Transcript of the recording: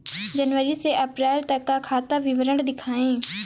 जनवरी से अप्रैल तक का खाता विवरण दिखाए?